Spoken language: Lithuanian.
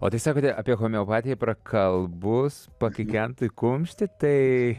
o tiesiog apie homeopatiją prakalbus pakikent į kumštį tai